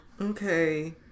Okay